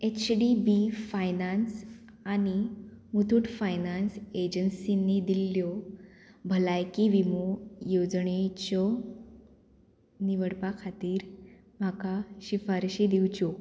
H D B finance आनी Muthoot finance एजन्सीनी दिल्ल्यो भलायकी विमो येवजणेच्यो निवडपा खातीर म्हाका शिफारशी दिवच्यो